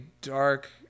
dark